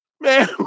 Man